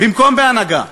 במקום בהנהגה.